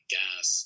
gas